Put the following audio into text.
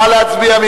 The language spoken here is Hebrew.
נא להצביע.